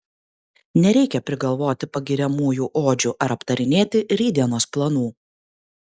nereikia prigalvoti pagiriamųjų odžių ar aptarinėti rytdienos planų